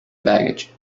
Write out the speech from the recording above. baggage